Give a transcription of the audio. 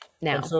now